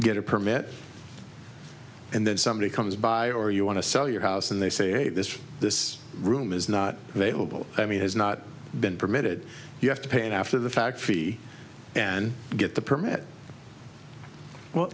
get a permit and then somebody comes by or you want to sell your house and they say this this room is not available i mean has not been permitted you have to pay after the fact free and get the permit well